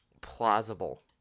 plausible